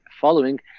following